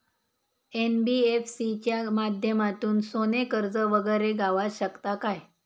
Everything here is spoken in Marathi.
एन.बी.एफ.सी च्या माध्यमातून सोने कर्ज वगैरे गावात शकता काय?